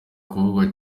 kuvugwa